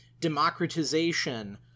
democratization